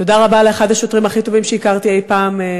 תודה רבה לאחד השוטרים הכי טובים שהכרתי אי-פעם,